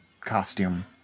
costume